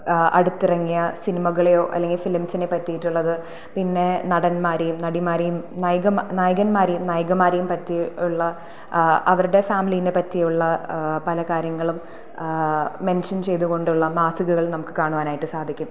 അടുത്തിറങ്ങിയ സിനിമകളെയോ അല്ലെങ്കിൽ ഫിലിംസ്സിനെ പറ്റിയിട്ടുള്ളത് പിന്നെ നടന്മാരേയും നടിമാരെയും നായിക നായകന്മാരെയും നായികമാരേയും പറ്റി ഉള്ള അവരുടെ ഫാമിലീനെ പറ്റിയുള്ള പലകാര്യങ്ങളും മെൻഷൻ ചെയ്തുകൊണ്ടുള്ള മാസികകൾ നമുക്ക് കാണുവാനായിട്ട് സാധിക്കും